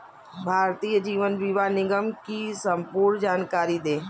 भारतीय जीवन बीमा निगम की संपूर्ण जानकारी दें?